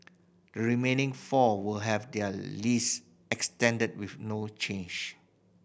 the remaining four will have their lease extended with no change